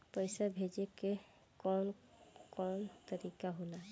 पइसा भेजे के कौन कोन तरीका होला?